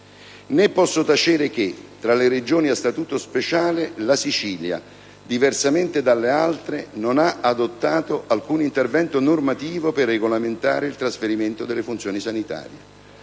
Né posso tacere che, tra le Regioni a statuto speciale, la Sicilia, diversamente dalle altre, non ha adottato alcun intervento normativo per regolamentare il trasferimento delle funzioni sanitarie,